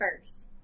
first